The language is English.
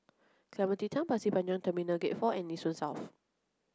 Clementi Town Pasir Panjang Terminal Gate four and Nee Soon South